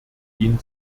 ihn